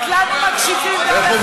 מקשיבים לך.